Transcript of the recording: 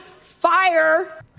fire